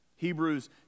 Hebrews